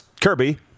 Kirby